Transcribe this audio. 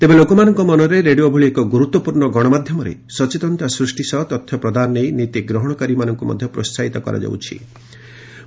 ତେବେ ଲୋକମାନଙ୍କ ମନରେ ରେଡିଓ ଭଳି ଏକ ଗୁରୁତ୍ୱପୂର୍ଣ୍ଣ ଗଣମାଧ୍ୟମରେ ସଚେତନତା ସୃଷ୍ଟି ସହ ତଥ୍ୟ ପ୍ରଦାନ ନେଇ ନୀତି ଗ୍ରହଣକାରୀମାନଙ୍କୁ ମଧ୍ୟ ପ୍ରୋହାହିତ କରାଯାଇ ଆସୁଅଛି